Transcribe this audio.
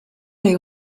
les